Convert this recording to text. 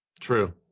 True